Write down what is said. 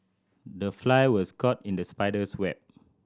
the fly was caught in the spider's web